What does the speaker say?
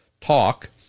talk